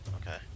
okay